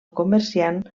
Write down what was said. comerciant